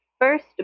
first